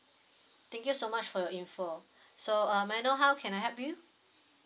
thank you so much for your info so uh may I know how can I help you